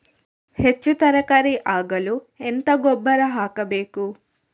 ಹೆಚ್ಚು ತರಕಾರಿ ಆಗಲು ಎಂತ ಗೊಬ್ಬರ ಹಾಕಬೇಕು?